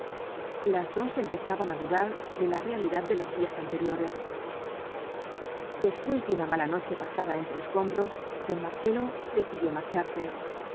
las dos empezaban á dudar de la realidad de los días anteriores después de una mala noche pasada entre escombros don marcelo decidió marcharse